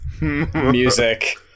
music